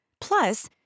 Plus